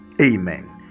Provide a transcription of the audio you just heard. Amen